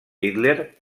hitler